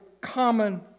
common